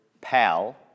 pal